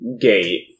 gate